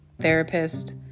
therapist